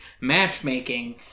matchmaking